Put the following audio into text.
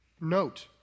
Note